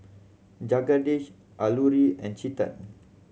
Jagadish Alluri and Chetan